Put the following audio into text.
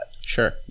Sure